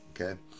Okay